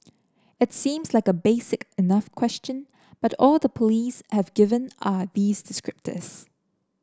it seems like a basic enough question but all the police have given are these descriptors